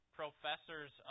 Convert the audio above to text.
professors